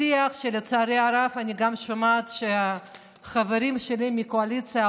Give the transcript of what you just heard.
שיח שלצערי הרב אני שומעת שחברים שלי מהקואליציה,